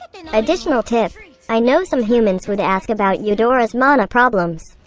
and additional tip i know some humans would ask about eudora's mana problems.